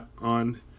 on